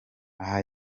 aha